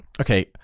Okay